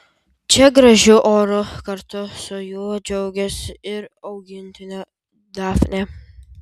čia gražiu oru kartu su juo džiaugiasi ir augintinė dafnė